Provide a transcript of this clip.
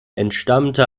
entstammte